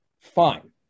fine